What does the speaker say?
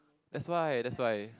that's why that's why